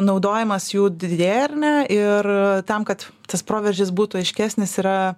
naudojimas jų didėja ar ne ir tam kad tas proveržis būtų aiškesnis yra